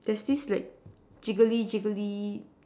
there's this like jiggly jiggly